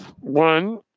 One